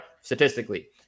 Statistically